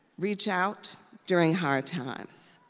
reach out during hard times,